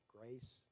grace